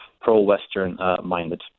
pro-Western-minded